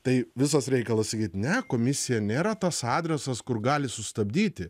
tai visas reikalas sakyt ne komisija nėra tas adresas kur gali sustabdyti